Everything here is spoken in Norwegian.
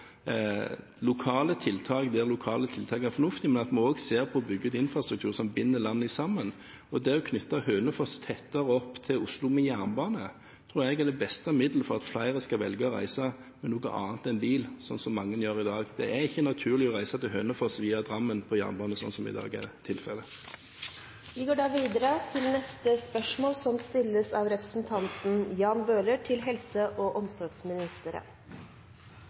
lokale tiltak der lokale tiltak er fornuftig, men at vi også ser på å bygge ut infrastruktur som binder landet sammen. Det å knytte Hønefoss tettere opp til Oslo med jernbane tror jeg er det beste middelet for at flere skal velge å reise med noe annet enn bil, sånn som mange gjør i dag. Det er ikke naturlig å reise til Hønefoss via Drammen på jernbane, sånn som tilfellet er i dag. Jeg tillater meg å stille følgende spørsmål til